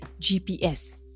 GPS